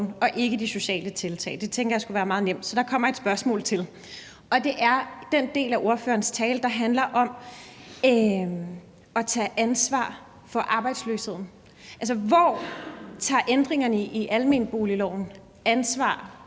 og ikke de sociale tiltag. Det tænker jeg skulle være meget nemt, så derfor kommer der et spørgsmål til. Det er vedrørende den del af ordførerens tale, der handler om at tage ansvar for arbejdsløsheden. Hvor tager man med ændringerne i almenboligloven ansvar